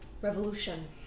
Revolution